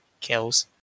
kills